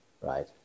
right